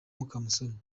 mukamusoni